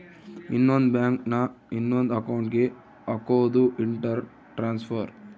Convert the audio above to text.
ಇನ್ನೊಂದ್ ಬ್ಯಾಂಕ್ ನ ಇನೊಂದ್ ಅಕೌಂಟ್ ಗೆ ಹಕೋದು ಇಂಟರ್ ಟ್ರಾನ್ಸ್ಫರ್